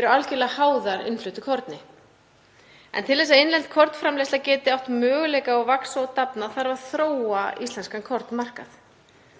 eru algerlega háðar innfluttu korni. En til þess að innlend kornframleiðsla geti átt möguleika á að vaxa og dafna þarf að þróa íslenskan kornmarkað.